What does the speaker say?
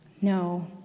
No